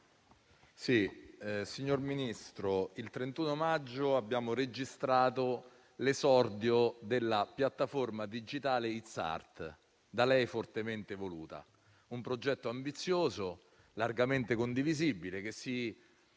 Signor Ministro, il 31 maggio abbiamo registrato l'esordio della piattaforma digitale Itsart, da lei fortemente voluta: un progetto ambizioso, largamente condivisibile, che si